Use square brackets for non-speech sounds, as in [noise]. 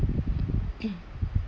[coughs]